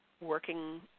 working